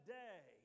day